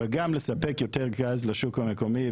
אבל גם לספק יותר גז לשוק המקומי.